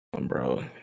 Bro